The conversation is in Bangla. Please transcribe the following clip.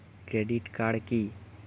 ক্রেডিট কার্ড কি?